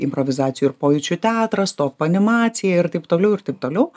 improvizacijų ir pojūčių teatras stop animacija ir taip toliau ir taip toliau